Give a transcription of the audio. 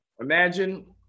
imagine